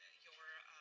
your